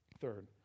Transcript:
third